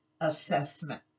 assessment